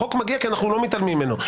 החוק מגיע כי אנחנו לא מתעלמים ממנו,